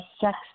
sex